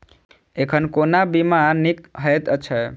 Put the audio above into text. एखन कोना बीमा नीक हएत छै?